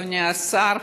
אדוני השר,